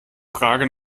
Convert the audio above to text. frage